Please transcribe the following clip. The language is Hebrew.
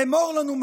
אמור לנו,